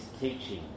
teaching